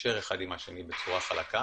לתקשר אחד עם השני בצורה חלקה